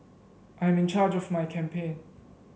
I'm in charge of my campaign